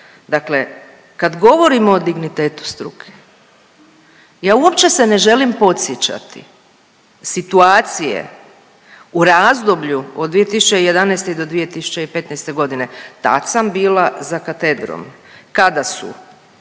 dakle kad govorimo o dignitetu struke ja uopće se ne želim podsjećati situacije u razdoblju od 2011. do 2015.g., tad sam bila za katedrom kada su